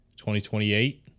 2028